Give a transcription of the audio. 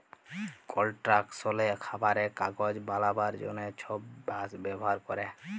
কলস্ট্রাকশলে, খাবারে, কাগজ বালাবার জ্যনহে ছব বাঁশ ব্যাভার ক্যরে